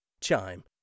Chime